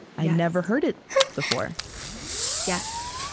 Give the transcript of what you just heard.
i never heard it before yes,